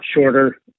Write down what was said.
shorter